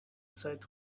said